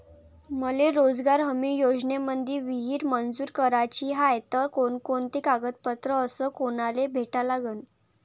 मले रोजगार हमी योजनेमंदी विहीर मंजूर कराची हाये त कोनकोनते कागदपत्र अस कोनाले भेटा लागन?